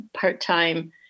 part-time